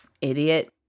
idiot